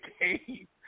game